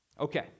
Okay